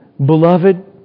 Beloved